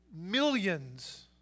millions